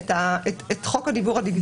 את חוק הדיוור הדיגיטלי.